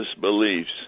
beliefs